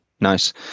Nice